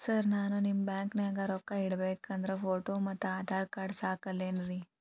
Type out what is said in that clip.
Sir ನಾನು ನಿಮ್ಮ ಬ್ಯಾಂಕನಾಗ ರೊಕ್ಕ ಇಡಬೇಕು ಅಂದ್ರೇ ಫೋಟೋ ಮತ್ತು ಆಧಾರ್ ಕಾರ್ಡ್ ಸಾಕ ಅಲ್ಲರೇ?